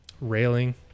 railing